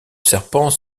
serpent